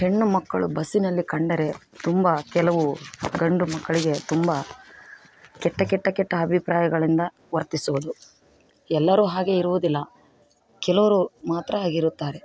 ಹೆಣ್ಣು ಮಕ್ಕಳು ಬಸ್ಸಿನಲ್ಲಿ ಕಂಡರೆ ತುಂಬ ಕೆಲವು ಗಂಡು ಮಕ್ಕಳಿಗೆ ತುಂಬ ಕೆಟ್ಟ ಕೆಟ್ಟ ಕೆಟ್ಟ ಅಭಿಪ್ರಾಯಗಳಿಂದ ವರ್ತಿಸುವುದು ಎಲ್ಲರು ಹಾಗೆ ಇರುವುದಿಲ್ಲ ಕೆಲವರು ಮಾತ್ರ ಹಾಗಿರುತ್ತಾರೆ